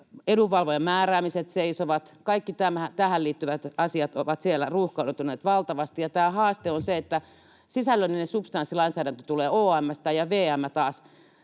edunvalvojanmääräämiset seisovat; kaikki tähän liittyvät asiat ovat siellä ruuhkautuneet valtavasti. Haaste on se, että sisällöllinen substanssilainsäädäntö tulee OM:stä ja VM taas